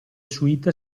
suite